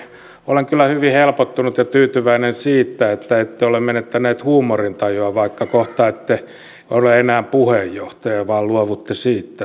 olen kyllä hyvin helpottunut ja tyytyväinen siihen että ette ole menettänyt huumorintajua vaikka kohta ette ole enää puheenjohtaja vaan luovutte siitä